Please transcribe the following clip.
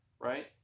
right